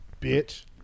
Bitch